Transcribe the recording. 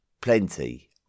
plenty